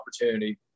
opportunity